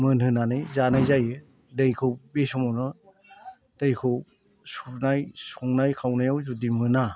मोनहोनानै जानाय जायो दैखौ बे समावनो दैखौ संनाय खावनायाव जुदि मोना